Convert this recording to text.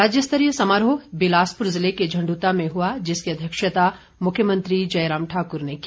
राज्यस्तरीय समारोह बिलासपुर जिले के झण्ड्रता में हुआ जिसकी अध्यक्षता मुख्यमंत्री जयराम ठाकुर ने की